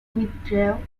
withdrew